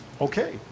Okay